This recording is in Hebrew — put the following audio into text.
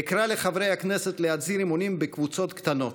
אקרא לחברי הכנסת להצהיר אמונים בקבוצות קטנות.